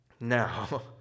Now